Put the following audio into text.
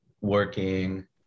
working